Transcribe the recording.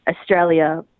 Australia